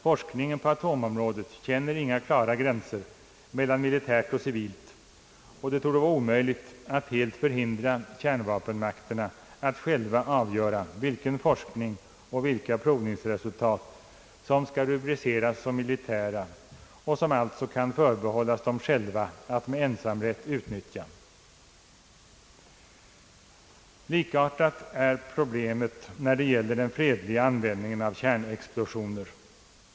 Forskningen på atomområdet känner inga klara gränser mellan militärt och civilt och det torde vara omöjligt att helt förhindra kärnvapenmakterna att själva avgöra vilka forskningsoch provningsresultat, som skall rubriceras som militära och som alltså kan förbehållas dem själva att med ensamrätt utnyttja. Likartat är problemet när det gäller den fredliga användningen av kärnexplosioner.